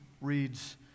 reads